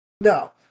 No